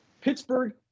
Pittsburgh